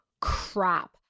crap